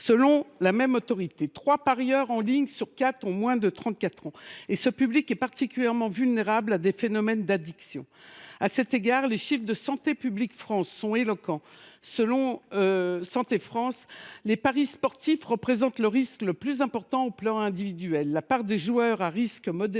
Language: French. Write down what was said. Selon cette analyse, trois parieurs en ligne sur quatre ont moins de 34 ans et ce public est particulièrement vulnérable à des phénomènes d’addiction. À cet égard, les chiffres de Santé publique France sont éloquents. Selon cet organisme, « les paris sportifs représentent le risque le plus important au plan individuel : la part des joueurs à risque modéré est